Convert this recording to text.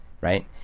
right